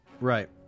Right